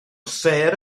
sêr